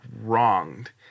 wronged